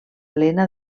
elena